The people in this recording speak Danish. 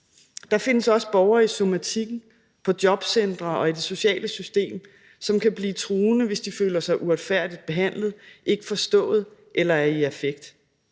Der findes også borgere i somatikken, på jobcenteret og i det sociale system, som kan blive truende, hvis de føler sig uretfærdigt behandlet, ikke forstået eller er i affekt.